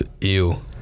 Ew